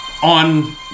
on